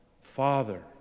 Father